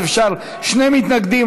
אז אפשר שני מתנגדים.